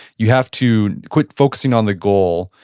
you have to quit focusing on the goal,